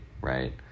right